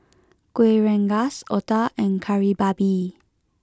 Kuih Rengas Otah and Kari Babi